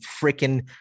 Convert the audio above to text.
freaking